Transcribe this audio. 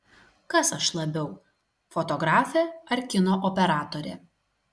kas aš labiau fotografė ar kino operatorė